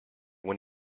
when